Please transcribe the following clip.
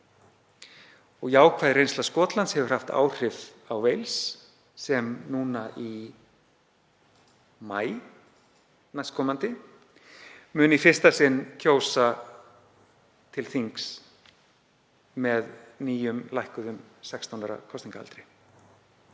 Jákvæð reynsla Skotlands hefur haft áhrif á Wales sem núna í maí næstkomandi mun í fyrsta sinn kjósa til þings með nýjum lækkuðum 16 ára kosningaaldri.